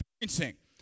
experiencing